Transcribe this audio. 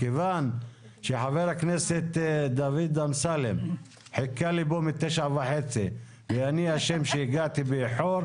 כיוון שחבר הכנסת דוד אמסלם חיכה לי פה מ-9:30 ואני אשם שהגעתי באיחור,